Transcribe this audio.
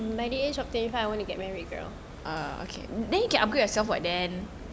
by the age of twenty five I want to get marry girl